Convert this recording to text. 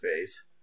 phase